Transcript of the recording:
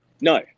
no